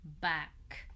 back